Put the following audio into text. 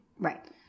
Right